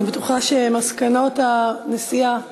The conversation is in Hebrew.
אני בטוחה שהמסקנות מהנסיעה,